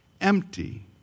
empty